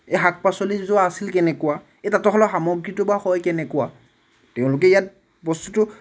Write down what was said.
এই শাক পাচলিযোৰ আছিল কেনেকুৱা এই তাঁতৰ শালৰ সামগ্ৰীটো বা হয় কেনেকুৱা তেওঁলোকে ইয়াত বস্তুটো